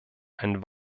einen